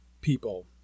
people